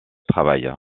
travail